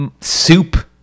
soup